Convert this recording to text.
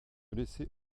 laisser